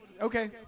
Okay